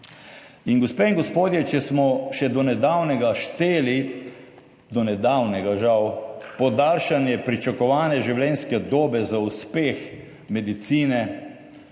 In gospe in gospodje, če smo še do nedavnega šteli, do nedavnega, žal, podaljšanje pričakovane življenjske dobe za uspeh medicine,